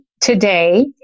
today